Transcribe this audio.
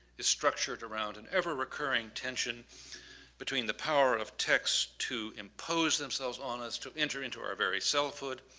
is structured around an ever recurring tension between the power of text to impose themselves on us, to enter into our very selfhood,